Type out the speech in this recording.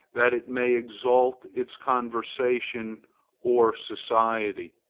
that it may exalt its conversation or society.